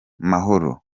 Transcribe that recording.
mahoro